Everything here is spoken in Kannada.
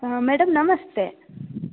ಹಾಂ ಮೇಡಮ್ ನಮಸ್ತೆ